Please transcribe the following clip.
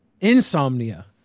Insomnia